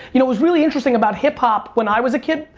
you know was really interesting about hip hop when i was a kid,